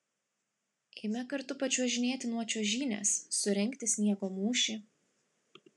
eime kartu pačiuožinėti nuo čiuožynės surengti sniego mūšį